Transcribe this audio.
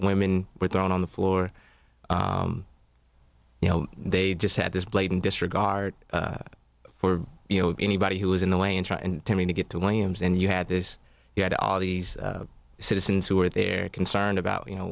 women were thrown on the floor you know they just had this blatant disregard for you know anybody who was in the way and try and tell me to get to williams and you had this you had all these citizens who were there concerned about you know